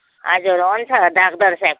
हजुर हुन्छ डक्टर साहेब